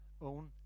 own